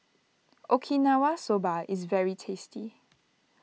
Okinawa Soba is very tasty